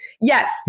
Yes